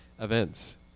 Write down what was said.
events